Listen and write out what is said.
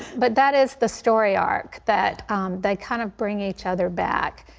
but that is the story ark, that they kind of bring each other back.